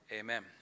Amen